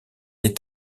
est